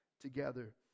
together